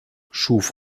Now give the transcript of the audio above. schuf